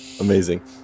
Amazing